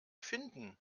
finden